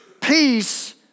peace